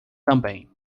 também